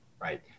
right